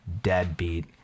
deadbeat